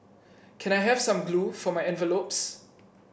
can I have some glue for my envelopes